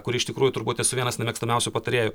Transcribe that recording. kur iš tikrųjų turbūt esu vienas nemėgstamiausių patarėjų